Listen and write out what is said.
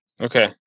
Okay